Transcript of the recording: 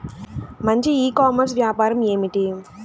మంచి e commerce వ్యాపారం ఏమిటీ?